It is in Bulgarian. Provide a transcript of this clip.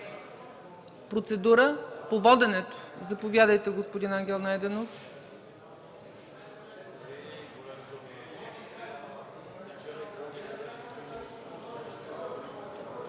Процедура по воденето. Заповядайте, господин Ангел Найденов.